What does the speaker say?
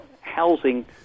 housing